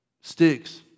sticks